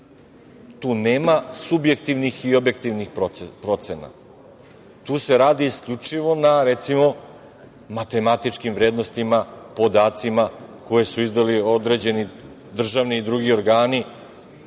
Tu nema subjektivnih i objektivnih procena. Tu se radi isključivo na, recimo, matematičkim vrednostima, podacima koje su izdali određeni državni i drugi organi,